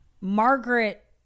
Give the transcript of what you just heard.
Margaret